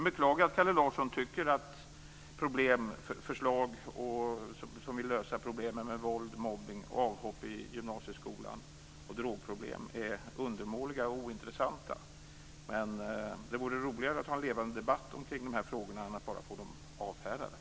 Jag beklagar att Kalle Larsson tycker att våra förslag föra att lösa problemen med våld, mobbning, avhopp i gymnasieskolan och droger är undermåliga och ointressanta. Det vore roligare att ha en levande debatt kring dessa frågor än att bara få dem avfärdade.